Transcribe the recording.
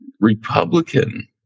Republican